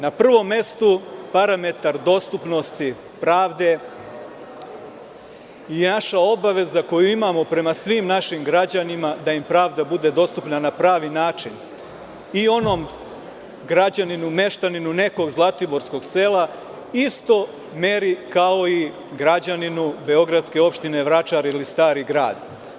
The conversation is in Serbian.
Na prvom mestu – parametar dostupnosti pravde i naša obaveza koju imamo prema svim našim građanima da im pravda bude dostupna na pravi način, i onom građaninu i meštaninu nekog zlatiborskog sela u istoj meri kao i građaninu beogradske opštine Vračar ili Stari grad.